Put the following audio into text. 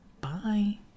Bye